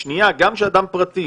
השנייה, גם כשאדם פרטי